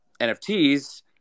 NFTs